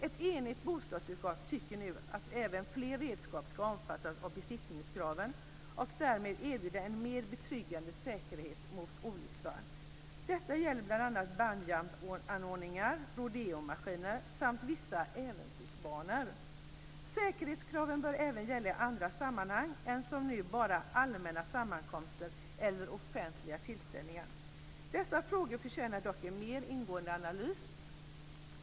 Ett enigt bostadsutskott tycker nu att även fler redskap ska omfattas av besiktningskraven och därmed erbjuda en mer betryggande säkerhet mot olycksfall. Detta gäller bl.a. bungyjumpanordningar, rodeomaskiner samt vissa äventyrsbanor. Säkerhetskraven bör även gälla i andra sammanhang än som nu bara vid allmänna sammankomster eller offentliga tillställningar. Dessa frågor förtjänar dock en mer ingående analys.